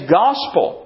gospel